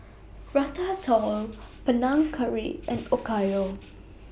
Ratatouille Panang Curry and Okayu